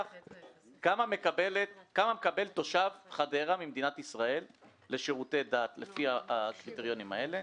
כמה מקבל תושב חדרה ממדינת ישראל לשירותי דת לפי הקריטריונים האלה